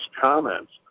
comments